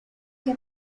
que